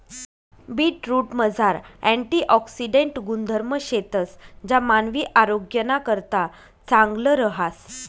बीटरूटमझार अँटिऑक्सिडेंट गुणधर्म शेतंस ज्या मानवी आरोग्यनाकरता चांगलं रहास